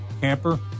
camper